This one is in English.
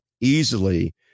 easily